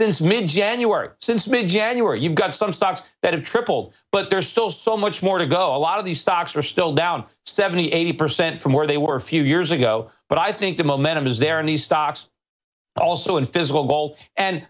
since mid january since mid january you've got some stocks that have tripled but there's still so much more to go a lot of these stocks are still down seventy eighty percent from where they were a few years ago but i think the momentum is there any stocks also in physical ball and